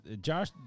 Josh